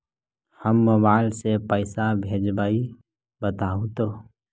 हम मोबाईल से पईसा भेजबई बताहु तो?